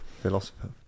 Philosopher